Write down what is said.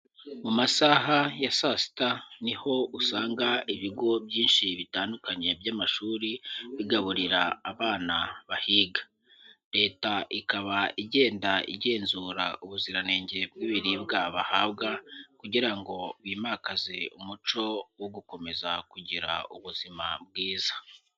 Mu masaha ya saa sita niho usanga ibigo byinshi bitandukanye by'amashuri bigaburira abana bahiga, Leta ikaba igenda igenzura ubuziranenge bw'ibiribwa bahabwa kugira ngo bimakaze umuco wo gukomeza kugira ubuzima bwiza.